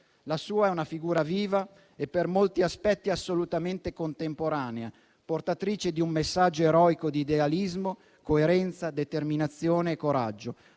La sua è una figura viva e per molti aspetti assolutamente contemporanea, portatrice di un messaggio eroico di idealismo, coerenza, determinazione e coraggio,